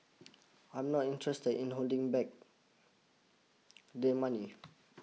I'm not interested in holding back the money